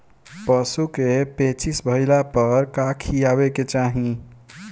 पशु क पेचिश भईला पर का खियावे के चाहीं?